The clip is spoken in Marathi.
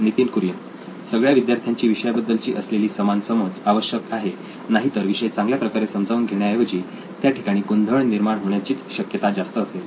नितीन कुरियन सगळ्या विद्यार्थ्यांची विषयाबद्दलची असलेली समान समज आवश्यक आहे नाहीतर विषय चांगल्या प्रकारे समजून घेण्याऐवजी त्या ठिकाणी गोंधळ निर्माण होण्याचीच शक्यता जास्त असेल